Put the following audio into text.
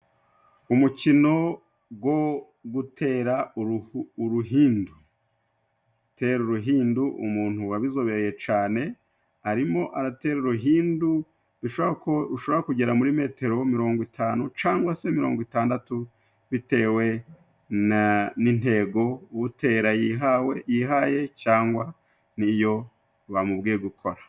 Umukino go gutera uruhindu. Gutera uruhindu umuntu wabizobeye cane, arimo aratera uruhindu bishoboka ko ushobora kugera muri metero mirongo itanu cangwa se mirongo itandatu bitewe n'intego utera yihaye yihaye cyangwa niyo bamubwiye gukora.